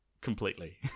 completely